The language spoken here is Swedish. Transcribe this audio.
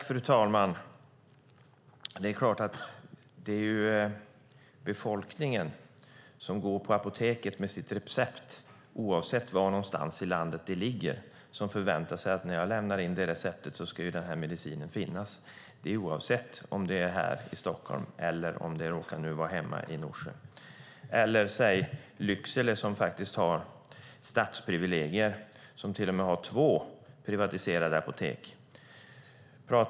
Fru talman! När befolkningen går till apoteket med sitt recept förväntar man sig att medicinen ska finnas, oavsett om det är här i Stockholm, i Norsjö eller i Lycksele som har stadsprivilegier och två privatägda apotek.